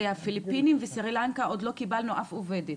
זה הפיליפינים ומסרי לנקה עוד לא קיבלנו אף עובדת,